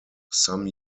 some